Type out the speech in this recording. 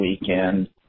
weekend